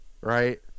right